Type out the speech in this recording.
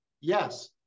Yes